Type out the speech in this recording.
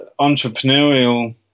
entrepreneurial